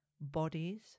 bodies